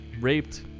raped